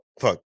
fuck